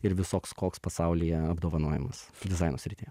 ir visoks koks pasaulyje apdovanojimas dizaino srityje